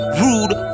rude